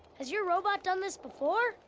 has your robot done this before?